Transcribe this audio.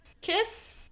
kiss